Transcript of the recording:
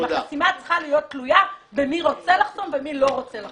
החסימה צריכה להיות תלויה במי רוצה לחסום ומי לא רוצה לחסום.